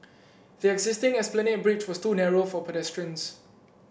the existing Esplanade Bridge was too narrow for pedestrians